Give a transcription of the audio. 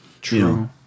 True